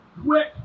quick